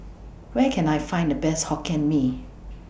Where Can I Find The Best Hokkien Mee